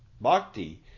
Bhakti